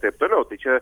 ir taip toliau tai čia